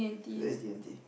so that's D-and-T